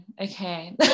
okay